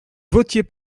votiez